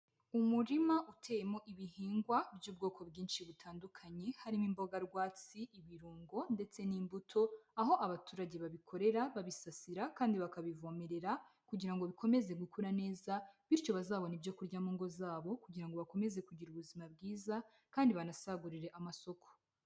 Umurima uteyemo ibihingwa by'ubwoko bwinshi butandukanye, harimo imboga rwatsi, ibirungo ndetse n'imbuto, aho abaturage babikorera babisasira kandi bakabivomerera, kugira ngo bikomeze gukura neza, bityo bazabone ibyo kurya mu ngo zabo, kugira ngo bakomeze kugira ubuzima bwiza, kandi banasagurire amasoko.